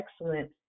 excellent